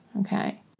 okay